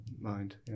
mind